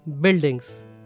buildings